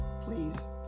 please